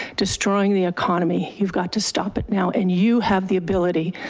destroying the economy. you've got to stop it now and you have the ability.